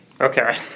Okay